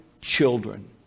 children